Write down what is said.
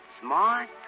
smart